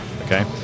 Okay